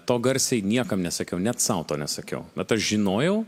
to garsiai niekam nesakiau net sau to nesakiau bet aš žinojau